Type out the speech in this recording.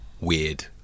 weird